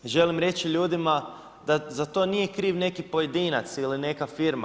Želim reći ljudima da za to nije kriv neki pojedinac ili neka firma.